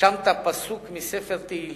רשמת פסוק מספר תהילים,